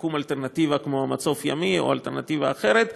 תקום אלטרנטיבה כמו מצוף ימי או אלטרנטיבה אחרת,